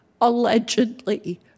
allegedly